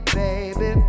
baby